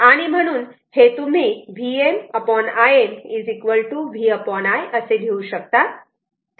आणि म्हणून हे तुम्ही Vm Im V I असे लिहू शकता